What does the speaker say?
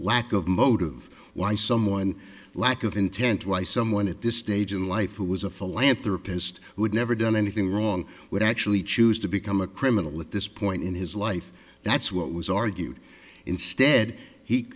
lack of motive why someone lack of intent why someone at this stage in life who was a philanthropist who had never done anything wrong would actually choose to become a criminal at this point in his life that's what was argued instead